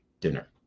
dinner